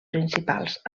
principals